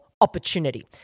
opportunity